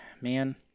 Man